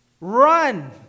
Run